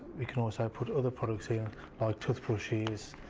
we can also put other products in like tooth brushes